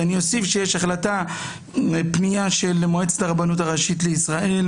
אני אוסיף שיש פנייה של מועצת הרבנות הראשית לישראל,